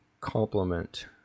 complement